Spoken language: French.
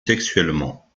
sexuellement